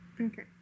Okay